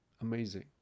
Amazing